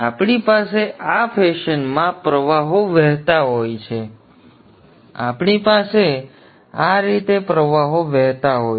આપણી પાસે આ ફેશનમાં પ્રવાહો વહેતા હોય છે આપણી પાસે આ રીતે પ્રવાહો વહેતા હોય છે